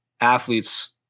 athletes